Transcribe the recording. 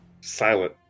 silent